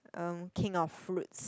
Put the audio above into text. um king of fruits